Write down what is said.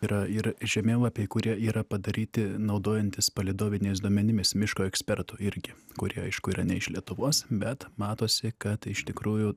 yra ir žemėlapiai kurie yra padaryti naudojantis palydoviniais duomenimis miško ekspertų irgi kurie aišku yra ne iš lietuvos bet matosi kad iš tikrųjų